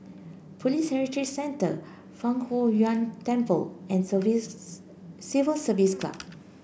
Police Heritage Centre Fang Huo Yuan Temple and Civil Service Club